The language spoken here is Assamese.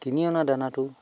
কিনি অনা দানাটো